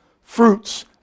fruits